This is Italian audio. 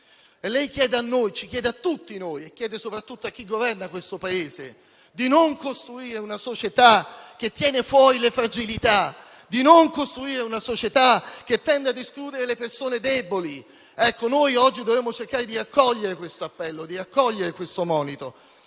leucemia. Lei chiede a tutti noi, soprattutto a chi governa il Paese, di non costituire una società che tiene fuori le fragilità, di non costruire una società che tende ad escludere le persone deboli. Noi oggi dovremmo cercare di accogliere questo appello, questo monito.